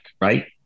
right